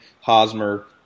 Hosmer